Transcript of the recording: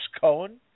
Cohen